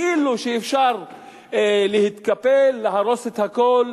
כאילו שאפשר להתקפל, להרוס את הכול,